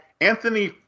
Anthony